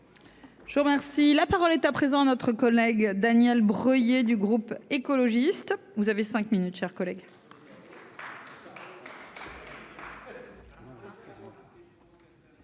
Je vous remercie, la parole est à présent notre collègue Daniel Breuiller du groupe écologiste, vous avez 5 minutes chers collègues.